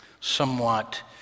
somewhat